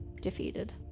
defeated